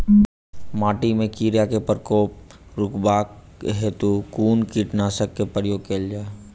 माटि मे कीड़ा केँ प्रकोप रुकबाक हेतु कुन कीटनासक केँ प्रयोग कैल जाय?